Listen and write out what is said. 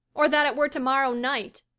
or that it were tomorrow night,